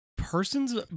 person's